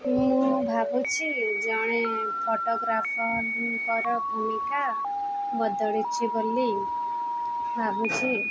ମୁଁ ଭାବୁଛିି ଜଣେ ଫଟୋଗ୍ରାଫର୍ଙ୍କର ଭୂମିକା ବଦଳିଛିି ବୋଲି ଭାବୁଛିି